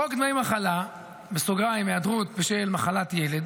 חוק דמי מחלה (היעדרות בשל מחלת ילד)